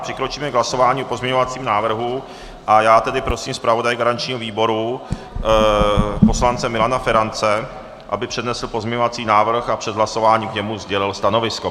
Přikročíme k hlasování o pozměňovacím návrhu, a já tedy prosím zpravodaje garančního výboru poslance Milana Ferance, aby přednesl pozměňovací návrh a před hlasováním k němu sdělil stanovisko.